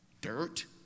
Dirt